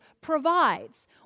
provides